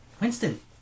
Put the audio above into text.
Winston